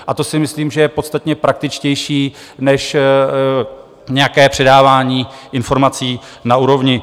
A to si myslím, že je podstatně praktičtější než nějaké předávání informací na úrovni.